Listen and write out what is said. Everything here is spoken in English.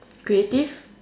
creative